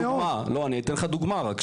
לא, אני אתן לך דוגמה רק.